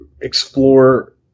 explore